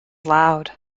loud